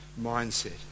mindset